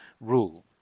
rule